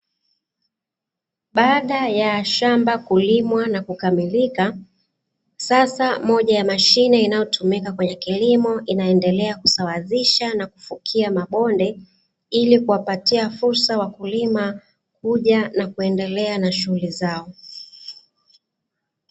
Baada ya shamba kulimwa na kukamilika, sasa moja ya mashine inayotumika kwenye kilimo inaendelea kusawazisha na kufukia mabonde, ili kuwapatia fursa wakulima kuja na kuendelea na shughuli zao.